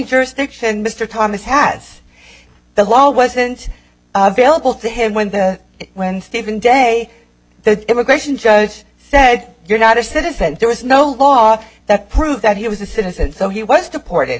jurisdiction mr thomas has the law wasn't available to him when the when steven day the immigration judge said you're not a citizen and there was no law that proved that he was a citizen so he was deported